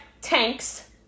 tanks